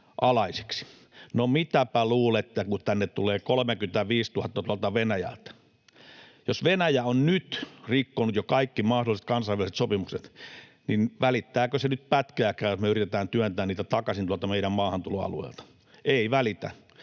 No, mitäpä luulette, kun tänne tulee 35 000 tuolta Venäjältä? Jos Venäjä on nyt rikkonut jo kaikki mahdolliset kansainväliset sopimukset, niin välittääkö se nyt pätkääkään, jos me yritetään työntää heitä takaisin tuolta meidän maahantuloalueelta? Ei välitä.